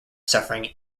suffering